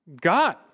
God